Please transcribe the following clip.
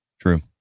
true